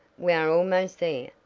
we are almost there,